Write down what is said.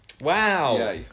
Wow